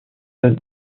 don